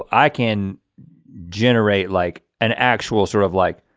i can generate like an actual sort of like,